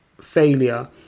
failure